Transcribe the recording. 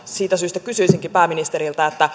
siitä syystä kysyisinkin pääministeriltä